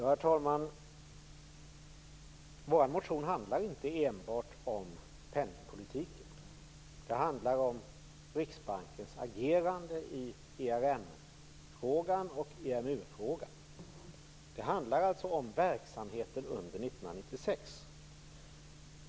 Herr talman! Vår motion handlar inte enbart om penningpolitiken. Den handlar om Riksbankens agerande i ERM-frågan och EMU-frågan. Det handlar alltså om verksamheten under 1996.